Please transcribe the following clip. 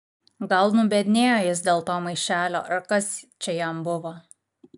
gal nubiednėjo jis dėl to maišelio ar kas čia jam buvo